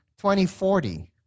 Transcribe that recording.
2040